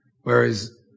whereas